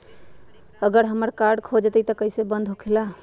अगर हमर कार्ड खो जाई त इ कईसे बंद होकेला?